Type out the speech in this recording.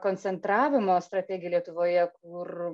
koncentravimo strategija lietuvoje kur